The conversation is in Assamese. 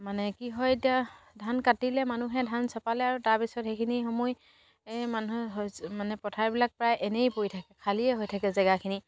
মানে কি হয় এতিয়া ধান কাটিলে মানুহে ধান চপালে আৰু তাৰপিছত সেইখিনি সময় এই মানুহে শস্য মানে পথাৰবিলাক প্ৰায় এনেই পৰি থাকে খালীয়েই হৈ থাকে জেগাখিনি